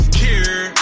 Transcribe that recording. care